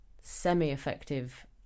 semi-effective